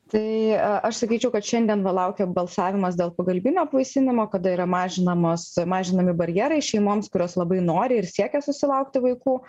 tai aš sakyčiau kad šiandien va laukia balsavimas dėl pagalbinio apvaisinimo kada yra mažinamos mažinami barjerai šeimoms kurios labai nori ir siekia susilaukti vaikų